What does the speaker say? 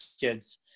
kids